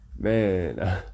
Man